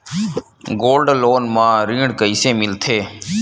Gold loan म ऋण कइसे मिलथे?